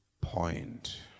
point